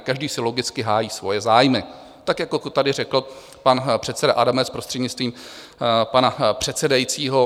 Každý si logicky hájí svoje zájmy, tak jako to tady řekl pan předseda Adamec, prostřednictvím pana předsedajícího.